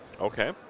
Okay